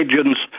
agents